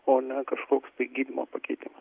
o ne kažkoks tai gydymo pakeitima